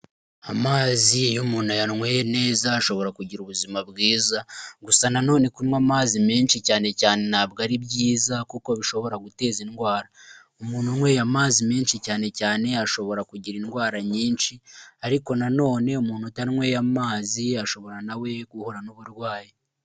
Amazi y'umuntu a yanweye neza ashobora kugira ubuzima bwiza gusa na none kunywa amazi menshi cyane cyane ntabwo ari byiza kuko bishobora guteza indwara, umuntu anyweye amazi menshi cyane cyane ashobora kugira indwara nyinshi ariko na none umuntu utanywawe amazi ashobora guhura n'uburwayi.